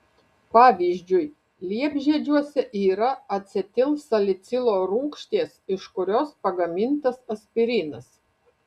pavyzdžiui liepžiedžiuose yra acetilsalicilo rūgšties iš kurios pagamintas aspirinas